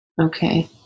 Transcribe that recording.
Okay